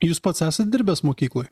jūs pats esat dirbęs mokykloje